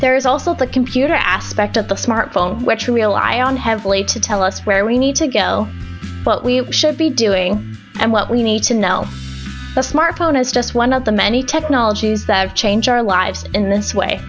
there is also a computer aspect of the smartphone which you rely on heavily to tell us where we need to go what we should be doing and what we need to know the smartphone is just one of the many technologies that change our lives in this way